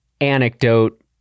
anecdote